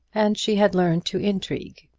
and she had learned to intrigue,